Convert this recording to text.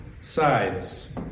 sides